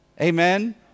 Amen